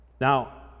Now